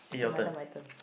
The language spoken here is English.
k my turn my turn